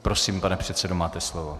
Prosím, pane předsedo, máte slovo.